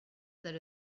that